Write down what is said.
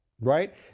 right